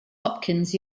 hopkins